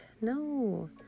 No